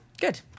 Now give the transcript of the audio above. Good